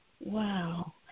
Wow